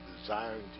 desiring